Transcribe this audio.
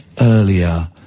earlier